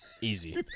Easy